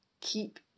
keep